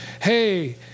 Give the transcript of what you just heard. hey